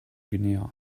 guinea